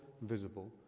visible